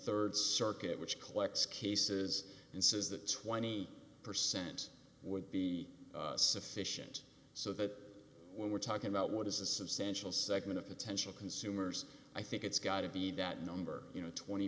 rd circuit which collects cases and says that twenty percent would be sufficient so that when we're talking about what is a substantial segment of potential consumers i think it's got to be that number you know twenty